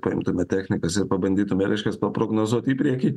priimtume technikas ir pabandytume reiškias paprognozuoti į priekį